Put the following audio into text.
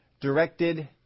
directed